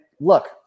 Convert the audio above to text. look